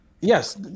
Yes